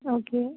okay